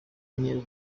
nke